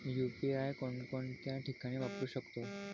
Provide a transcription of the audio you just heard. UPI कोणकोणत्या ठिकाणी वापरू शकतो?